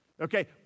okay